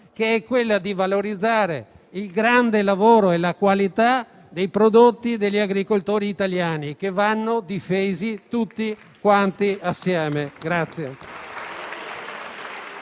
che è quella di valorizzare il grande lavoro e la qualità dei prodotti degli agricoltori italiani, che vanno difesi tutti assieme.